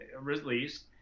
released